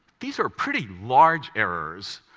these are pretty large errors.